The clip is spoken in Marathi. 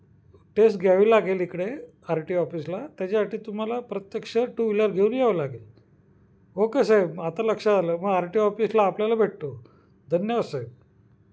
टेस्ट घ्यावी लागेल इकडे आर टी ऑफिसला त्याच्यासाठी तुम्हाला प्रत्यक्ष टू व्हीलर घेऊन यावं लागेल ओके साहेब आता लक्षात झालं मग आर टी ऑफिसला आपल्याला भेटतो धन्यवाद साहेब